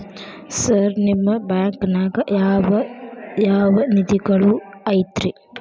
Sir ನಿಮ್ಮ ಬ್ಯಾಂಕನಾಗ ಯಾವ್ ಯಾವ ನಿಧಿಗಳು ಐತ್ರಿ?